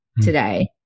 today